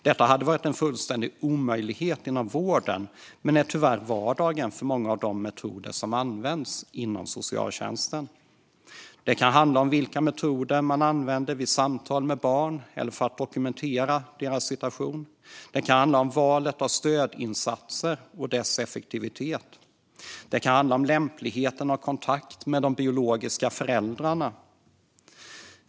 Detta hade varit en fullständig omöjlighet inom vården men är tyvärr vanligt vad gäller många av de metoder som används inom socialtjänsten. Det kan handla om vilka metoder som används vid samtal med barn för att dokumentera deras situation, om valet av stödinsatser och deras effektivitet eller om lämpligheten av kontakt med de biologiska föräldrarna.